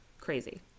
crazy